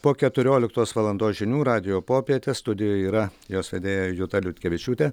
po keturioliktos valandos žinių radijo popietės studijoje yra jos vedėja juta liutkevičiūtė